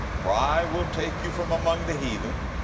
for i will take you from among the heathen,